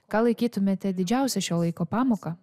ką laikytumėte didžiausia šio laiko pamoka